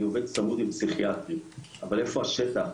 אני עובד צמוד עם פסיכיאטרים, אבל איפה השטח?